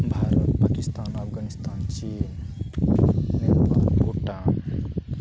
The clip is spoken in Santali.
ᱵᱷᱟᱨᱚᱛ ᱯᱟᱠᱤᱥᱛᱟᱱ ᱟᱯᱷᱜᱟᱱᱤᱥᱛᱟᱱ ᱪᱤᱱ ᱱᱮᱯᱟᱞ ᱵᱷᱩᱴᱟᱱ